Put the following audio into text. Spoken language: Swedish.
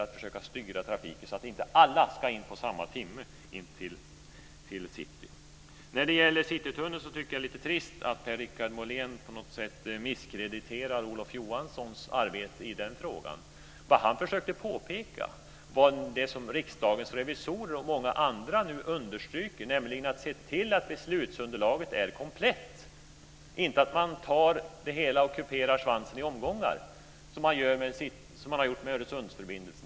Vi måste försöka styra trafiken så att inte alla ska in till city på samma timme. Jag tycker att det är lite trist att Per-Richard Molén på något sätt misskrediterar Olof Johanssons arbete i frågan om Citytunneln. Han försökte ju påpeka det som Riksdagens revisorer och många andra nu understryker, nämligen att se till att beslutsunderlaget är komplett och inte att man tar det hela och kuperar svansen i omgångar. Så gjorde man med Öresundsförbindelsen.